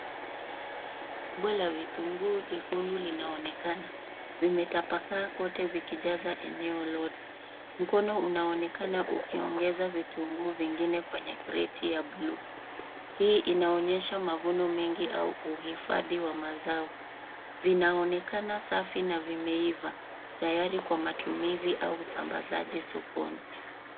Rundo la vitunguu jekundu linaonekana. Vimetapakaa kote vikijaza eneo lote. Mkono unaonekana ukiongeza vitunguu zingine kwenye kreti ya blue. Hii inaonyesha mavuno mengi au uhifadi wa mazao. Vinaonekana safi na vimeiva tayari kwa matumizi au usambazaji sokoni.